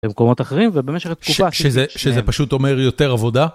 במקומות אחרים ובמשך התקופה שזה פשוט אומר יותר עבודה.